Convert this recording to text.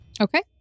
okay